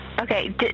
Okay